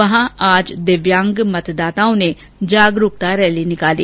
वहां आज दिव्यांग मतदाताओं ने जन जागरूकता रैली निकाली